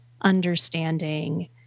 understanding